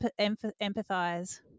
empathize